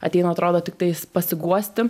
ateina atrodo tiktais pasiguosti